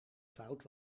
fout